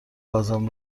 لازم